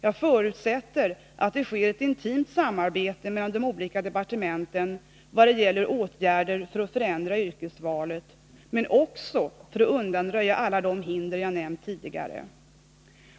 Jag förutsätter att det sker ett intimt samarbete mellan de olika departementen när det gäller åtgärder för att förändra yrkesvalet, men också för att undanröja alla de hinder jag nämnt tidigare.